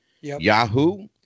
yahoo